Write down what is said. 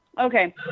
Okay